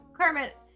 Kermit